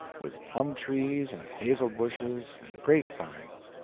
with plum-trees and hazel-bushes and grape-vines.